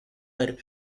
her